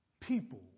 people